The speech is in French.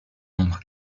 nombre